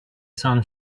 san